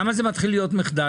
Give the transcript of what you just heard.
למה זה מתחיל להיות מחדל?